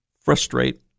frustrate